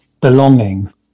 belonging